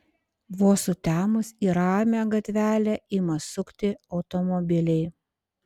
vos sutemus į ramią gatvelę ima sukti automobiliai